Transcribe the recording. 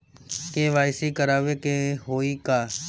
KYC करावे के होई का?